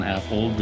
Apple